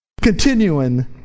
Continuing